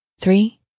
three